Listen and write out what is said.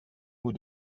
moue